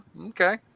Okay